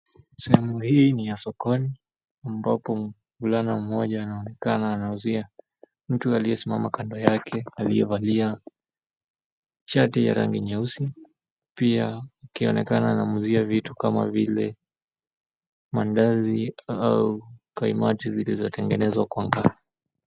Sehemu hii ni ya sokoni ambapo mvulana mmoja anaonekana anauzia mtu aliyesimama kando yake aliyevalia shati ya rangi nyeusi pia akionekana anamuuzia vitu kama vile mandazi au kaimati i zilizotengenezwa kwanza.